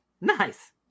Nice